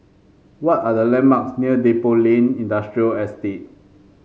what are the landmarks near Depot Lane Industrial Estate